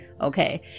okay